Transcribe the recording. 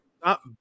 stop